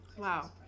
Wow